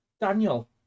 Daniel